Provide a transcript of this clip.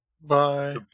Bye